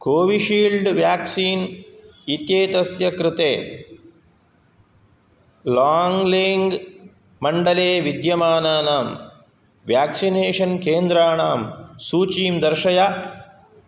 Covishield vaccine इत्येतस्य कृते लाङ्ग्लेङ्ग्मण्डले विद्यमानानां वेक्सिनेशन् केन्द्राणां सूचीं दर्शय